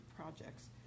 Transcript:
projects